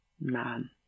Man